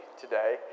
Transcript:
today